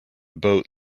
boat